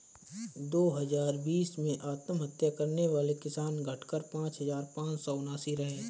दो हजार बीस में आत्महत्या करने वाले किसान, घटकर पांच हजार पांच सौ उनासी रहे